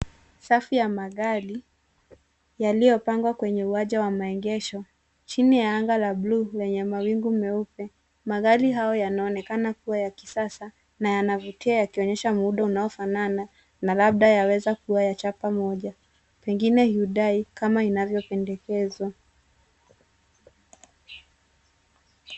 Safu ya magari yaliyopangwa kwenye uwanja wamaengesho, chini ya anga la bluu yenye mawingu meupe. Magari hayo yanaonekana kuwa ya kisasa na yaavutia yakionyesha muundo unaofanana na labda yaweza kuwa ya chapa moja. Pengine udai kama inavyopendekezwa.